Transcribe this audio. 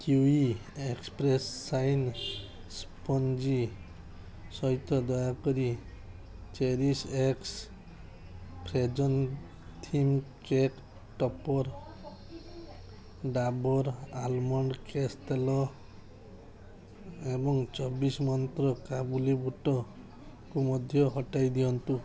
kiwi Express Shine sponge ସହିତ ଦୟାକରି Cherish X Frozen theme cake topper Dabur almond କେଶ ତେଲ ଏବଂ ଚବିଶି ମନ୍ତ୍ର କାବୁଲି ବୁଟକୁ ମଧ୍ୟ ହଟାଇଦିଅନ୍ତୁ